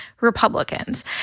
Republicans